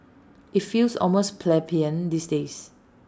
IT feels almost plebeian these days